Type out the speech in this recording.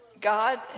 God